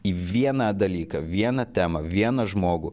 į vieną dalyką vieną temą vieną žmogų